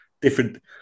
Different